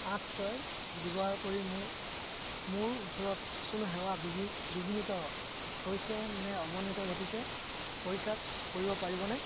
আঠ ছয় ব্যৱহাৰ কৰি মোৰ ওচৰত কোনো সেৱা বিঘ্নিত হৈছে নে অৱনতি ঘটিছে পৰীক্ষা কৰিব পাৰিবনে